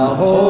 Aho